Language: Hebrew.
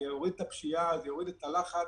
זה יוריד את הפשיעה, זה יוריד את הלחץ,